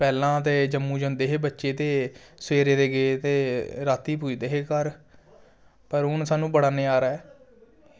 पैह्लें ते जम्मू जंदे हे बच्चे ते सवेरै दे गेदे रातीं पुज्जदे हे घर भई हून सानूं बड़ा नजारा ऐ